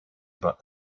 about